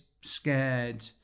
scared